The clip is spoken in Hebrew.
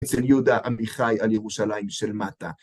אצל יהודה עמיחי על ירושלים של מטה.